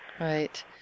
Right